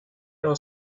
are